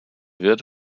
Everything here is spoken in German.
wird